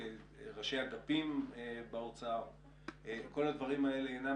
-- ראשי אגפים באוצר - כל הדברים האלה אינם